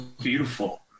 beautiful